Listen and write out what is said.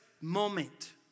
moment